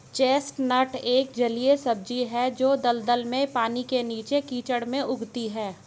chestnut एक जलीय सब्जी है जो दलदल में, पानी के नीचे, कीचड़ में उगती है